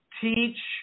teach